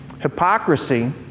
Hypocrisy